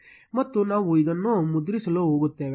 ಮತ್ತು ನಾವು ಇದನ್ನು ಮುದ್ರಿಸಲು ಹೋಗುತ್ತೇವೆ